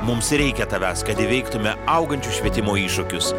mums reikia tavęs kad įveiktume augančius švietimo iššūkius